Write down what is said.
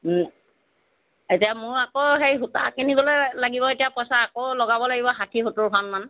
এতিয়া মোৰ আকৌ সেই সূতা কিনিবলৈ লাগিব এতিয়া পইচা আকৌ লগাব লাগিব ষাঠি সত্তৰখনমান